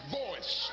voice